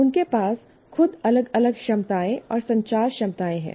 उनके पास खुद अलग अलग क्षमताएं और संचार क्षमताएं हैं